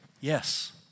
Yes